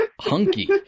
hunky